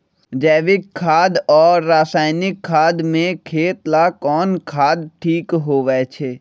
जैविक खाद और रासायनिक खाद में खेत ला कौन खाद ठीक होवैछे?